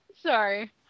Sorry